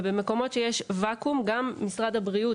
במקומות שבהם יש ואקום גם משרד הבריאות,